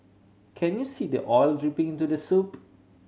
can you see the oil dripping into the soup